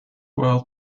well